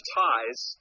ties